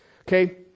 Okay